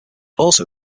also